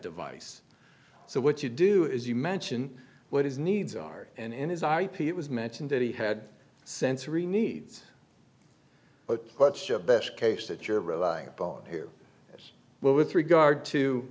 device so what you do is you mention what his needs are and in his ip it was mentioned that he had sensory needs but what's your best case that you're relying on here as well with regard to